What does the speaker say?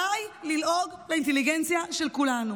די ללעוג לאינטליגנציה של כולנו,